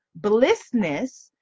blissness